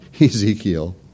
Ezekiel